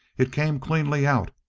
it came cleanly out.